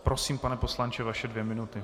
Prosím, pane poslanče, vaše dvě minuty.